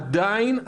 עדיין,